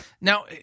Now